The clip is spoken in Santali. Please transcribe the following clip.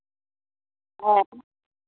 ᱦᱮᱸ